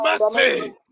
mercy